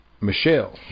Michelle